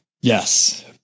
Yes